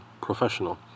professional